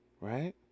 Right